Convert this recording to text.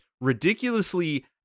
ridiculously